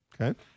Okay